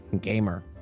Gamer